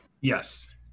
Yes